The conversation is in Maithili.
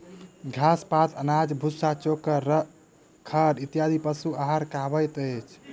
घास, पात, अनाज, भुस्सा, चोकर, खड़ इत्यादि पशु आहार कहबैत अछि